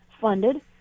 funded